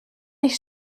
nicht